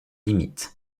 limites